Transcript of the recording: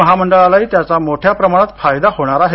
महामंडळालाही त्याचा मोठ्या प्रमाणात फायदा होणार आहे